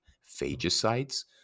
phagocytes